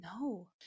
No